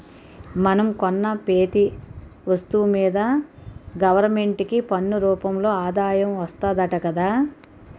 మనం కొన్న పెతీ ఒస్తువు మీదా గవరమెంటుకి పన్ను రూపంలో ఆదాయం వస్తాదట గదా